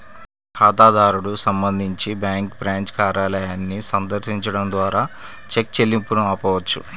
ఖాతాదారుడు సంబంధించి bank branch కార్యాలయాన్ని సందర్శించడం ద్వారా చెక్ చెల్లింపును ఆపవచ్చు